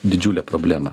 didžiulę problemą